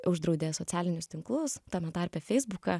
uždraudė socialinius tinklus tame tarpe feisbuką